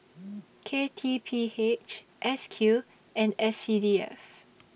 K T P H S Q and S C D F